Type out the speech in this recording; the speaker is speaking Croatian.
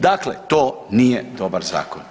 Dakle, to nije dobar zakon.